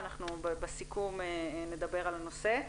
בסיכום נדבר על הנושא.